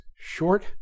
short